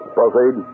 Proceed